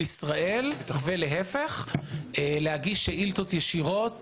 ישראל ולהיפך להגיש שאילתות ישירות,